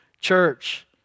church